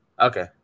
Okay